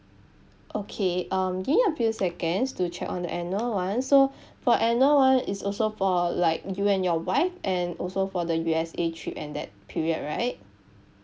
okay um give me a few seconds to check on the annual one so for annual one it's also for like you and your wife and also for the U_S_A trip and that period right